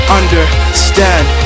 understand